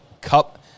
Cup